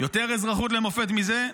יותר אזרחות למופת מזה?